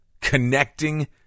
connecting